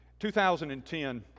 2010